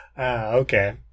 Okay